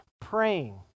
praying